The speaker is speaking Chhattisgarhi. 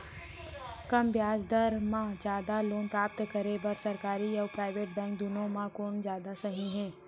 कम ब्याज दर मा जादा लोन प्राप्त करे बर, सरकारी अऊ प्राइवेट बैंक दुनो मा कोन जादा सही हे?